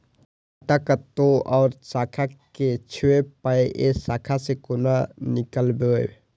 खाता कतौ और शाखा के छै पाय ऐ शाखा से कोना नीकालबै?